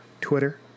Twitter